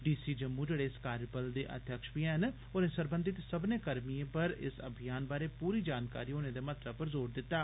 D C Jammu जेड़े इस कार्जबल दे अध्यक्ष बी ऐन होरें सरबंधित सम्मने कर्मिएं पर इस अभियान बारै पूरी जानकारी होने दे महत्वै पर जोर दित्ता